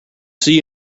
see